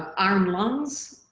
iron lungs,